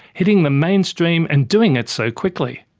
hitting the mainstream and doing it so quickly.